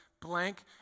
blank